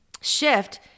Shift